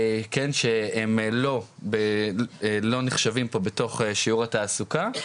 שהם לא נחשבים פה בתוך שיעור התעסוקה.